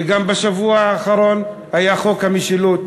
וגם בשבוע האחרון היה חוק המשילות.